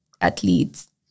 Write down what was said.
athletes